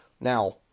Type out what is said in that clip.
Now